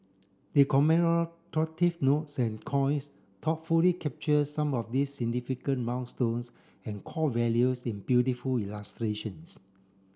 the notes and coins coins thoughtfully capture some of these significant milestones and core values in beautiful illustrations